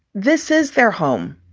this is their home.